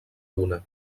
una